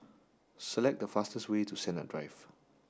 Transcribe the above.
select the fastest way to Sennett Drive